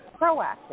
proactive